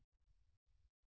విద్యార్థి రేడియేషన్